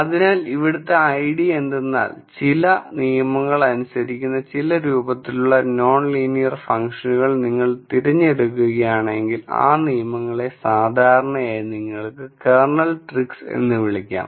അതിനാൽ ഇവിടുത്തെ ഐഡിയ എന്തെന്നാൽ ചില നിയമങ്ങൾ അനുസരിക്കുന്ന ചില രൂപത്തിലുള്ള നോൺ ലീനിയർ ഫംഗ്ഷനുകൾ നിങ്ങൾ തിരഞ്ഞെടുക്കുകയാണെങ്കിൽ ആ നിയമങ്ങളെ സാധാരണയായി നിങ്ങൾക്ക് കേർണൽ ട്രിക്സ് എന്ന് വിളിക്കാം